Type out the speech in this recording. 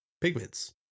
pigments